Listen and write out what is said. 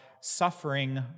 suffering